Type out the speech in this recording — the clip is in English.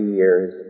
years